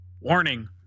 Warning